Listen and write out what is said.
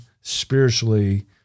spiritually